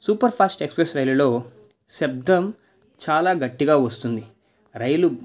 super fast express రైళ్లలో శబ్దం చాలా గట్టిగా వస్తుంది రైలు